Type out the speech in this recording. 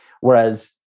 Whereas